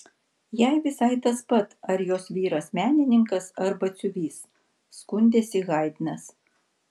jai visai tas pat ar jos vyras menininkas ar batsiuvys skundėsi haidnas